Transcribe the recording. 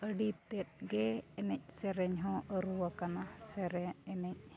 ᱟᱹᱰᱤ ᱛᱮᱫ ᱜᱮ ᱮᱱᱮᱡ ᱥᱮᱨᱮᱧ ᱦᱚᱸ ᱟᱹᱨᱩ ᱟᱠᱟᱱᱟ ᱥᱮᱨᱣᱟ ᱮᱱᱮᱡ